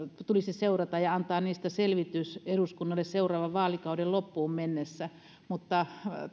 tulisi seurata ja antaa niistä selvitys eduskunnalle seuraavan vaalikauden loppuun mennessä mutta